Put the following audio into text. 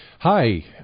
Hi